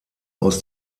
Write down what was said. aus